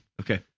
Okay